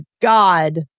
God